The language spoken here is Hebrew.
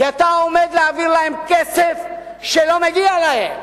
כי אתה עומד להעביר להם כסף שלא מגיע להם.